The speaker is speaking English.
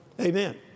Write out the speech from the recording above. Amen